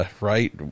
Right